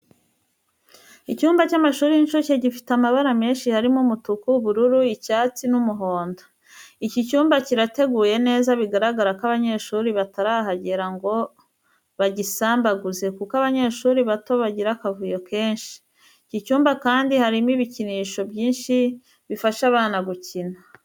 Icyumba cy'amashuri y'incuke gifite amabara menshi harimo umutuku, ubururu, icyatsi n'umuhondo. Iki cyumba kirateguye neza bigaragara ko abanyeshuri batarahagera ngo bagisambaguze kuko abanyeshuri bato bagira akavuyo kenshi. Iki cyumba kandi harimo ibikinisho byinshi bifasha abana gukina.